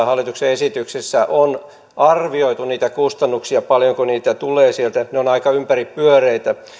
hallituksen esityksessä on arvioitu niitä kustannuksia paljonko niitä tulee sieltä ne ovat aika ympäripyöreitä